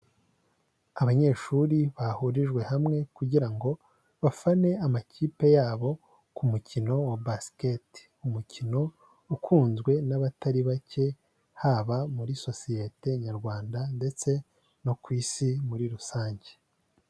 Abanyeshuri bahurijwe hamwe kugira ngo bafane amakipe yabo ku mukino wa Basket. Umukino ukunzwe n'abatari bake haba muri sosiyete Nyarwanda ndetse no ku isi muri rusange.